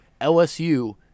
LSU